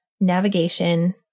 navigation